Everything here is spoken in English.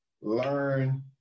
learn